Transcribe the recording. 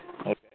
Okay